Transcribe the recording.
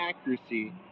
accuracy